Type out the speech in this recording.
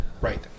Right